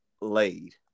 laid